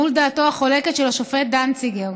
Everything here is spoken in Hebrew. מול דעתו החולקת של השופט דנציגר.